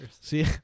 See